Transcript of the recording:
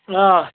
آ